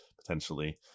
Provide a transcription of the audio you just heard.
potentially